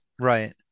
Right